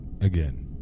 again